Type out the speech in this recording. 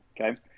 Okay